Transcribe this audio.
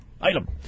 Item